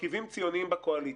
מרכיבים ציוניים בקואליציה,